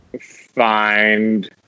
find